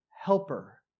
helper